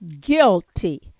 guilty